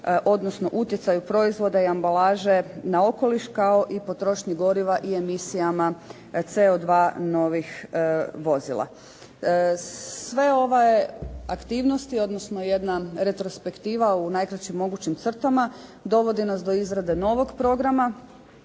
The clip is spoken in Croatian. odnosno utjecaju proizvoda i ambalaže na okoliš, kao i potrošnji goriva i emisijama CO2 novih vozila. Sve ove aktivnosti, odnosno jedna retrospektiva u najkraćim mogućim crtama dovodi nas do izrade novog programa